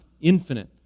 infinite